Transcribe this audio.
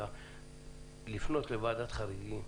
לפנות לוועדת חריגים,